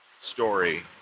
story